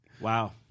Wow